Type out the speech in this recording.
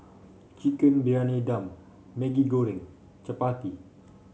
Chicken Briyani Dum Maggi Goreng chappati